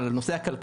על הנושא הכלכלי.